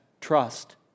trust